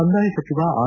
ಕಂದಾಯ ಸಚಿವ ಆರ್